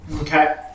Okay